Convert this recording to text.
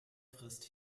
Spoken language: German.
frisst